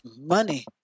money